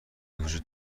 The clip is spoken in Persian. وجود